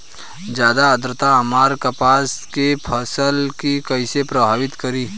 ज्यादा आद्रता हमार कपास के फसल कि कइसे प्रभावित करी?